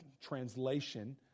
translation